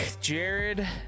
Jared